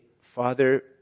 Father